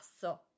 passo